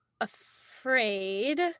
afraid